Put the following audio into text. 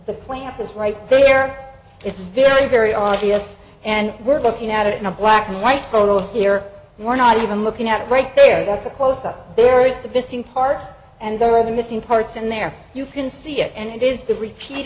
the clamp is right there it's very very obvious and we're looking at it in a black and white photo here and we're not even looking at it right there that's a close up there is the missing part and there are the missing parts in there you can see it and it is the repeat